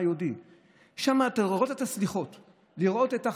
שותפיך עד לא